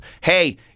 hey